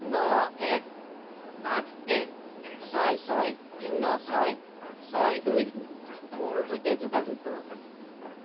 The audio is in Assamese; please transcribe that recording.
ন এক আঠ এক ছয় ছয় শূন্য ছয় ছয় দুইত মোৰ সৈতে যোগাযোগ কৰক